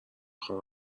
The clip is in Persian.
خوام